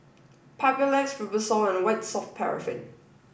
Papulex Fibrosol and White Soft Paraffin